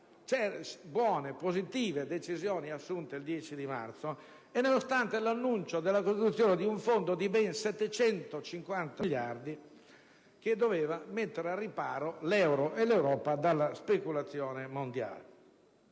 le buone e positive decisioni assunte il 10 marzo e nonostante l'annuncio della costituzione di un fondo di ben 750 miliardi che doveva mettere al riparo l'euro e l'Europa dalla speculazione mondiale.